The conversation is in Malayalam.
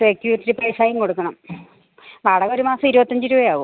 സെക്യൂരിറ്റി പൈസയും കൊടുക്കണം വാടക ഒരു മാസം ഇരുപത്തി അഞ്ച് രൂപയാവും